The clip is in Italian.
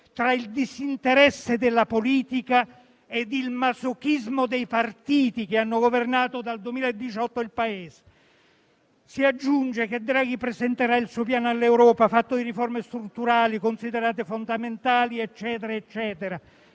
tra il disinteresse della politica e il masochismo dei partiti che hanno governato dal 2018 il Paese. Si aggiunge che Draghi presenterà il suo Piano all'Europa, fatto di riforme strutturali, considerate fondamentali e così via, e che